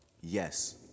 Yes